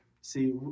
See